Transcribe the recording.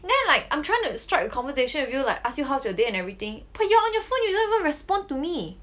then like I'm trying to strike a conversation with you like ask you how's your day and everything but you're on your phone you don't even respond to me